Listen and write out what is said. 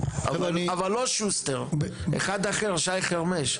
אבל לא שוסטר, אחד אחר, שי חרמש.